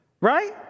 Right